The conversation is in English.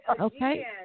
okay